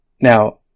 Now